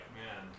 man